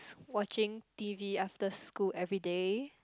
watching T_V after school everyday